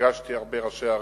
פגשתי הרבה ראשי ערים,